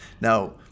Now